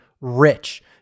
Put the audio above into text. rich